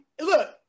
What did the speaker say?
look